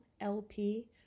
LP